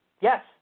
Yes